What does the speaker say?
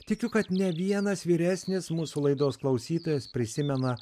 tikiu kad ne vienas vyresnis mūsų laidos klausytojas prisimena